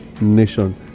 nation